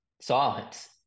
silence